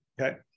Okay